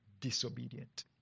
disobedient